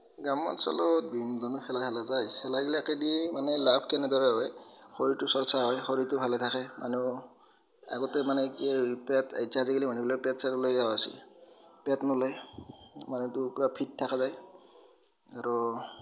গ্ৰামাঞ্চলত বিভিন্ন ধৰণৰ খেলা খেলা যায় খেলা গিলাকেদি মানে লাভ কেনেদৰে হয় শৰীৰটো চৰ্চা হয় শৰীৰটো ভালে থাকে মানুহ আগতে মানে কি পেট এতিয়া আজিকালি মানুহবিলাকৰ পেট চেট ওলাই যোৱা হৈছে পেট নোলায় মানুহটো পূৰা ফিট থকা যায় আৰু